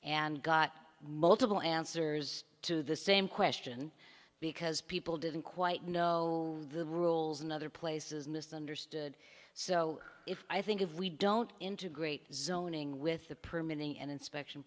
and got multiple answers to the same question because people didn't quite know the rules in other places misunderstood so if i think if we don't integrate zoning with the permanent and inspection